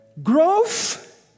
Growth